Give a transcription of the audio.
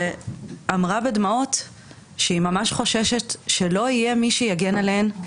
היא אמרה בדמעות שהיא ממש חוששת שלא יהיה מי שיגן עליהן,